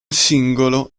singolo